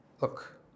Look